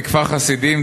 מכפר-חסידים,